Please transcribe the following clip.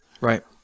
right